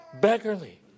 beggarly